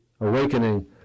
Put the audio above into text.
Awakening